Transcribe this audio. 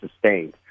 sustained